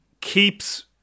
keeps